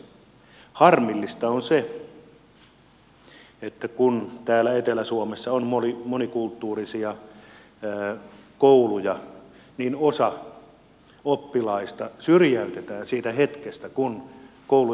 harmillista on se että kun täällä etelä suomessa on monikulttuurisia kouluja niin osa oppilaista syrjäytetään siitä hetkestä kun koulu järjestää opetusta